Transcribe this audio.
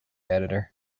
editor